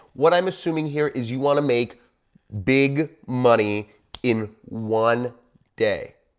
what i'm assuming here is you wanna make big money in one day.